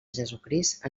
jesucrist